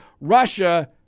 Russia